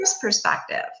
perspective